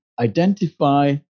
identify